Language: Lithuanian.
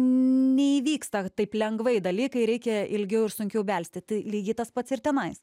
neįvyksta taip lengvai dalykai reikia ilgiau ir sunkiau belsti tai lygiai tas pats ir tenais